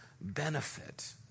benefit